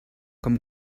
com